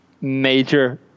major